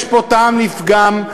יש פה טעם לפגם,